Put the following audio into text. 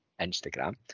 Instagram